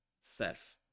self